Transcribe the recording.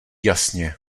jasně